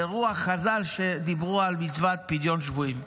ברוח חז"ל שדיברו על מצוות פדיון שבויים.